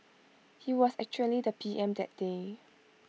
he was actually the P M that day